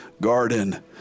garden